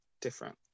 different